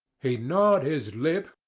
he gnawed his lip,